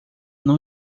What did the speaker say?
não